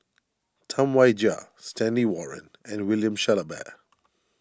Tam Wai Jia Stanley Warren and William Shellabear